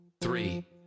three